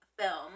film